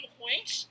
points